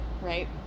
right